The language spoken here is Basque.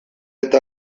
eta